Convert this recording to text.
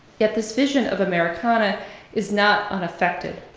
yet this vision of americana is not unaffected.